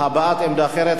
הבעת עמדת אחרת,